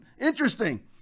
Interesting